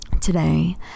today